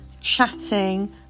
chatting